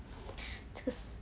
这个死